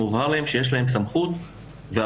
מובהר להם שיש להם סמכות ואחריות,